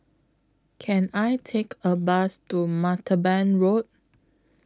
Can I Take A Bus to Martaban Road